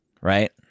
right